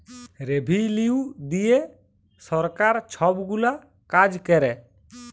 revenue দিঁয়ে সরকার ছব গুলা কাজ ক্যরে